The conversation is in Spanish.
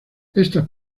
estas